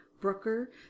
brooker